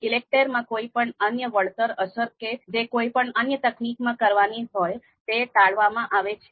ઈલેકટેર માં કોઈપણ અન્ય વળતર અસર કે જે કોઈપણ અન્ય તકનીકમાં કરવાની હોય તે ટાળવામાં આવે છે